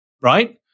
right